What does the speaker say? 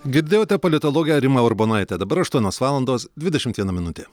girdėjote politologę rimą urbonaitę dabar aštuonios valandos dvidešimt viena minutė